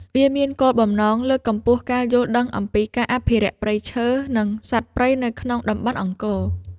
វាមានគោលបំណងលើកកម្ពស់ការយល់ដឹងអំពីការអភិរក្សព្រៃឈើ និងសត្វព្រៃនៅក្នុងតំបន់អង្គរ។